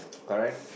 correct